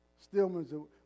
Stillman's